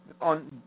on